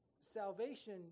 Salvation